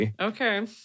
Okay